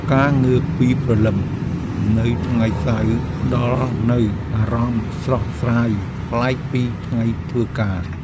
ការងើបពីព្រលឹមនៅថ្ងៃសៅរ៍ផ្ដល់នូវអារម្មណ៍ស្រស់ស្រាយប្លែកពីថ្ងៃធ្វើការ។